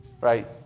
right